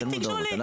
אין מודעות,